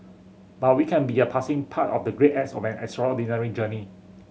but we can be a passing part of the great acts of an extraordinary journey